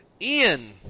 Ian